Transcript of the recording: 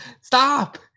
Stop